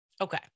Okay